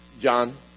John